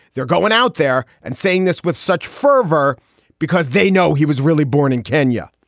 they're going out there and saying this with such fervor because they know he was really born in kenya.